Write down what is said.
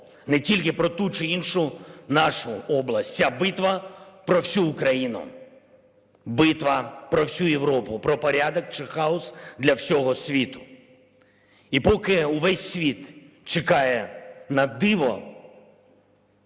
не тільки про ту чи іншу нашу область, ця битва про всю Україну, битва про всю Європу, про порядок чи хаос для всього світу. І поки весь світ чекає на диво